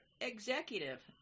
executive